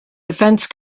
defense